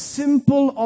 simple